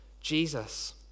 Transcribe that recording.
Jesus